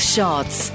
Shots